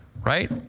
Right